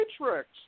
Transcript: Matrix